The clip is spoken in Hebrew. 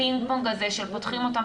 הפינג פונג הזה של פותחים אותם,